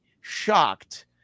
shocked